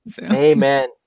Amen